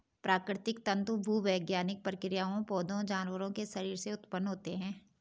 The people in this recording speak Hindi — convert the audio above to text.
प्राकृतिक तंतु भूवैज्ञानिक प्रक्रियाओं, पौधों, जानवरों के शरीर से उत्पन्न होते हैं